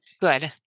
Good